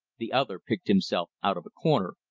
the other picked himself out of a corner,